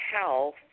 health